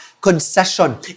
concession